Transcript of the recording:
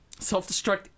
Self-destruct